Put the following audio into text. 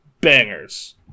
bangers